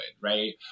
right